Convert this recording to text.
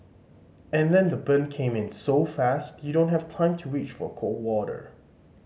and then the burn came in so fast you don't have time to reach for cold water